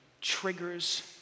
triggers